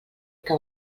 que